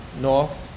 north